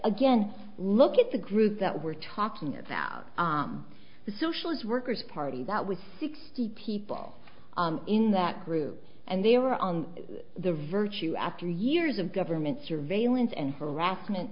again look at the group that we're talking about on the socialist workers party that was sixty people in that group and they were on the virtue after years of government surveillance and harassment